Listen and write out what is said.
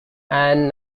and